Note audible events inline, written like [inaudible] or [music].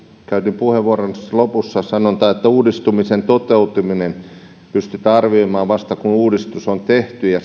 käytin puheenvuoroni lopussa sanontaa että uudistumisen toteutuminen pystytään arvioimaan vasta kun uudistus on tehty ja [unintelligible]